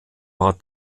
war